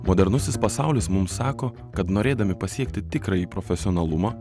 modernusis pasaulis mums sako kad norėdami pasiekti tikrąjį profesionalumą